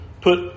put